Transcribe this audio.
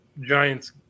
Giants